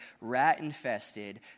rat-infested